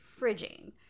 fridging